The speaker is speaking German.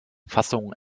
fassung